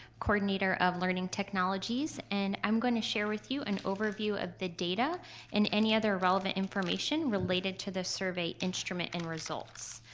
coordinator of learning technologies. and i'm going to share with you an overview of the data and any other relevant information related to the survey instrument and results.